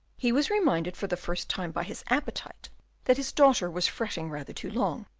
he was reminded for the first time by his appetite that his daughter was fretting rather too long.